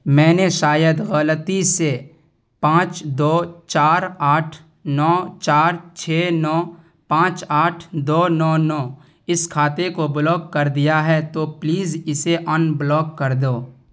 میں نے شاید غلطی سے پانچ دو چار آٹھ نو چار چھ نو پانچ آٹھ دو نو نو اس کھاتے کو بلاک کر دیا ہے تو پلیز اسے انبلاک کر دو